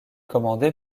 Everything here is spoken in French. commandé